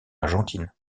argentine